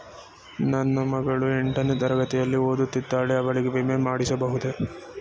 ನನ್ನ ಮಗಳು ಎಂಟನೇ ತರಗತಿಯಲ್ಲಿ ಓದುತ್ತಿದ್ದಾಳೆ ಅವಳಿಗೆ ವಿಮೆ ಮಾಡಿಸಬಹುದೇ?